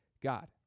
God